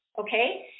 Okay